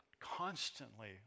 constantly